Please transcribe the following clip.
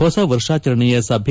ಹೊಸ ವರ್ಷಾಚರಣೆಯ ಸಭೆ